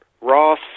Ross